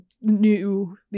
new